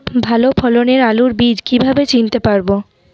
ভালো ফলনের আলু বীজ কীভাবে চিনতে পারবো?